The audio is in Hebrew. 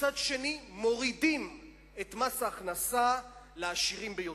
ומצד שני מורידים את מס ההכנסה לעשירים ביותר.